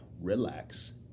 relax